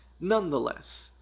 Nonetheless